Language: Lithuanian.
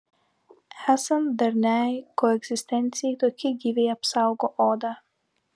esant darniai koegzistencijai tokie gyviai apsaugo odą